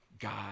God